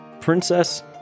princess